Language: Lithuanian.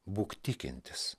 būk tikintis